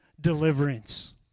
deliverance